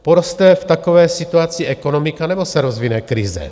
Poroste v takové situaci ekonomika, nebo se rozvine krize?